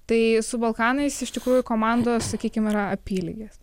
tai su balkanais iš tikrųjų komandos sakykim yra apylygės